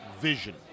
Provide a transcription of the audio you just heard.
vision